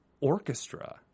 orchestra